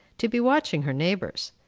to be watching her neighbors.